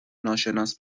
ناشناس